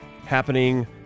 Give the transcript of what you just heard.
happening